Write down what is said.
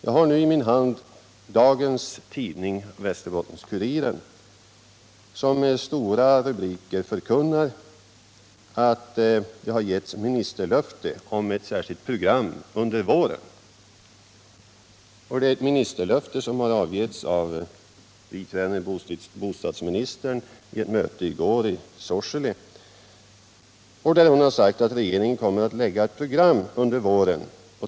Jag 17 har i min hand dagens nummer av Västerbottens-Kuriren, som med stora rubriker förkunnar att det har getts ett ministerlöfte om ett särskilt program under våren. Det löftet avgavs av biträdande bostadsministern vid ett möte i Sorsele i går. Hon sade att regeringen kommer att lägga fram ett program under våren.